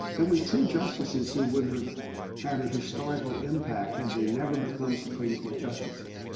there were two justices who would have had a historical impact had they never become supreme court justices.